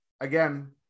again